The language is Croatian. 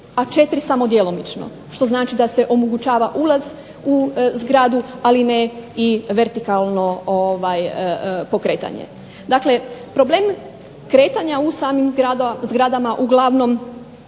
a 4 samo djelomično. Što znači da se omogućava ulaz u zgradu, ali ne i vertikalno pokretanje. Dakle, problem kretanja u samim zgradama uglavnom